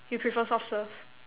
you prefer soft serve